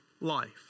life